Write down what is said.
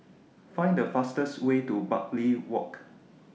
Find The fastest Way to Bartley Walk